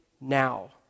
now